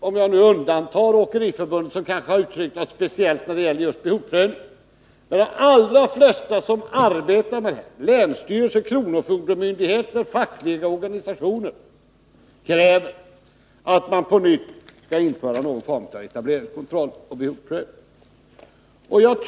Om jag undantar Åkeriförbundet, som kanske har uttryckt någonting speciellt när det gäller just behovsprövningen, så kräver de allra flesta som arbetar med dessa frågor — länsstyrelser, kronofogdemyndigheterna och fackliga organisationer — att vi på nytt skall införa någon form av etableringskontroll och behovsprövning.